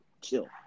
chill